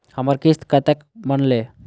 हमर किस्त कतैक बनले?